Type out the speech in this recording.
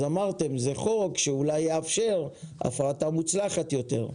אז אמרתם שזה חוק שאולי יאפשר הפרטה מוצלחת יותר.